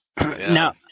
now